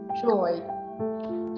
joy